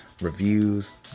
reviews